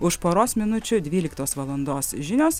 už poros minučių dvyliktos valandos žinios